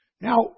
Now